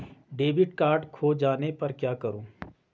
Debit card खो जाने पर क्या करूँ?